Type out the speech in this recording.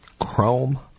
Chrome